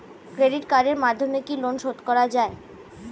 Credit কার্ডের মাধ্যমে কি লোন শোধ করা যায়?